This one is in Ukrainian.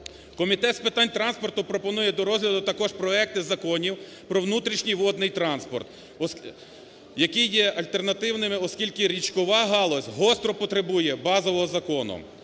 Комітет з питань транспорту пропонує до розгляду також проекти законів про внутрішній водний транспорт, який є альтернативним, оскільки річкова галузь гостро потребує базового закону.